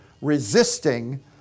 resisting